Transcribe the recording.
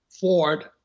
Ford